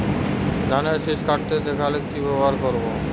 ধানের শিষ কাটতে দেখালে কি ব্যবহার করতে হয়?